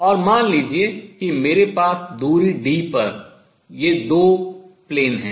और मान लीजिए कि मेरे पास दूरी d पर ये दो तल हैं